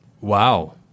Wow